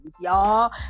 y'all